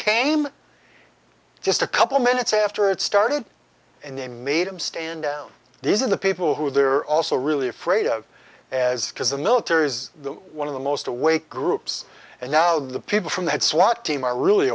came just a couple minutes after it started and they made him stand down these are the people who they're also really afraid of as because the military is one of the most awake groups and now the people from that swat team are really